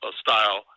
style